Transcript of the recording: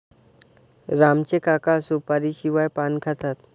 राम चे काका सुपारीशिवाय पान खातात